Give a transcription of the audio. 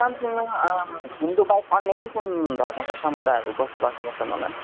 सामसिङमा हिन्दूबाहेक अन्य कुन कुन धर्मका समुदायहरू बसोबासो गर्छन् होला